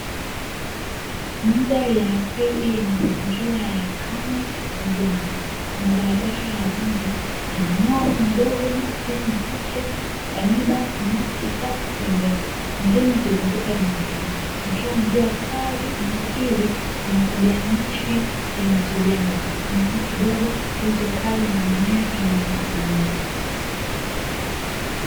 Mandhari ya asili yenye mazingira ya ukame na jangwa, kuna barabara ya vumbi yenye mawe madogo, miti michache ya miiba, nyasi kavu pembeni, milima ikizunguka eneo hili, kukiwa na jua kali. Eneo hili lina tabia ya nchi ya nusu jangwa, mvua kidogo, joto kali na mimea inayostahimili.